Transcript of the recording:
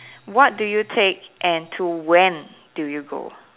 what do you take and to when do you go